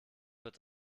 wird